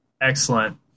excellent